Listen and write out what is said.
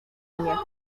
mnie